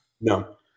No